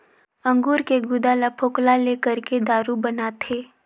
अंगूर के गुदा ल फोकला ले करके दारू बनाथे